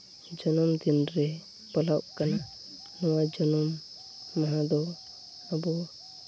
ᱡᱟᱱᱚᱢ ᱫᱤᱱ ᱨᱮ ᱯᱟᱞᱟᱣᱚᱜ ᱠᱟᱱᱟ ᱱᱚᱣᱟ ᱡᱚᱱᱚᱢ ᱢᱟᱦᱟ ᱫᱚ ᱟᱵᱚ